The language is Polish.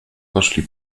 poszli